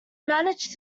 managed